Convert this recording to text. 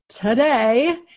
today